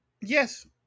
Yes